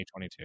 2022